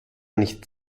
nicht